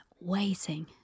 Waiting